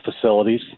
facilities